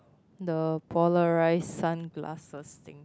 the polarized sunglasses thing